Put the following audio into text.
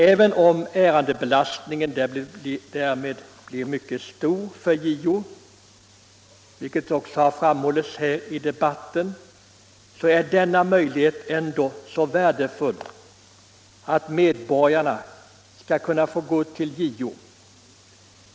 Även om ärendebelastningen därmed blir mycket stor för JO, vilket också har framhållits här i debatten, är det ändå värdefullt att medborgarna har denna möjlighet att gå till JO.